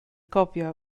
gofio